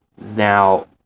Now